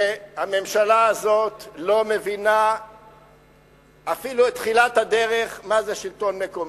שהממשלה הזאת לא מבינה אפילו את תחילת הדרך מה זה שלטון מקומי.